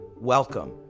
welcome